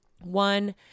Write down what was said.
one